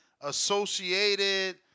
associated